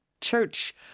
church